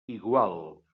igual